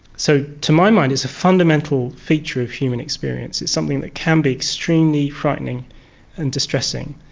so to my mind it's a fundamental feature of human experience, it's something that can be extremely frightening and distressing,